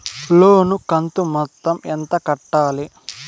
లోను కంతు మొత్తం ఎంత కట్టాలి?